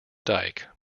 dyke